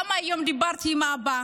גם היום דיברתי עם האבא.